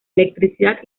electricidad